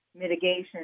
mitigation